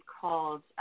called –